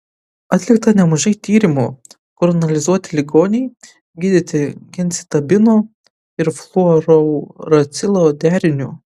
atlikta nemažai tyrimų kur analizuoti ligoniai gydyti gemcitabino ir fluorouracilo deriniu